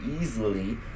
easily